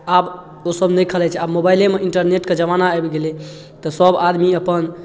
आब ओसब नहि खेलाइ छै आब मोबाइलेमे इन्टरनेटके जमाना आबि गेलै तऽ सब आदमी अपन